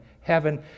heaven